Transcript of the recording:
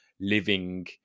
living